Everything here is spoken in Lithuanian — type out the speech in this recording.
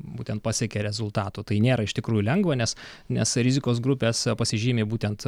būtent pasiekė rezultatų tai nėra iš tikrųjų lengva nes nes rizikos grupės pasižymi būtent